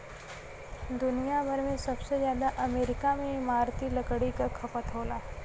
दुनिया भर में सबसे जादा अमेरिका में इमारती लकड़ी क खपत होला